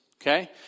Okay